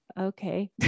okay